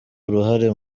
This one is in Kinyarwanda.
uruhare